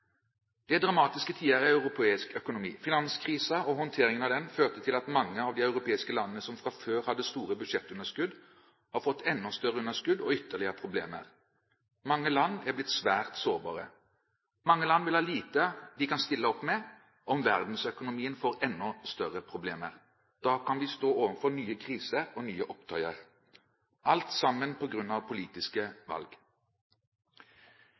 Det er dramatiske tider i europeisk økonomi. Finanskrisen og håndteringen av den førte til at mange av de europeiske landene som fra før hadde store budsjettunderskudd, har fått enda større underskudd og ytterligere problemer. Mange land er blitt svært sårbare. Mange land vil ha lite å stille opp med om verdensøkonomien får enda større problemer. Da kan vi stå overfor nye kriser og nye opptøyer. – Alt sammen på grunn av politiske valg.